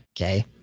Okay